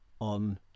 on